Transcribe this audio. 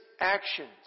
actions